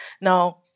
Now